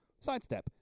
sidestep